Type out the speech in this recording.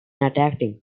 attacking